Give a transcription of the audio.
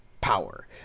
power